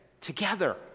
together